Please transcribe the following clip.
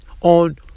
on